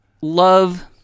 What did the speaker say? love